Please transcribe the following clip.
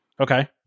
Okay